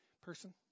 person